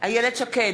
איילת שקד,